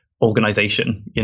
organization